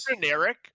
generic